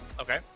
Okay